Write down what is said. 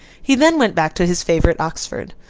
he then went back to his favourite oxford.